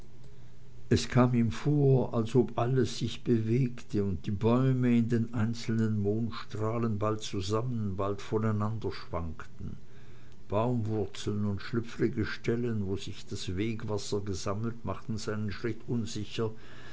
es kam ihm vor als ob alles sich bewegte und die bäume in den einzelnen mondstrahlen bald zusammen bald voneinander schwankten baumwurzeln und schlüpfrige stellen wo sich das wegwasser gesammelt machten seinen schritt unsicher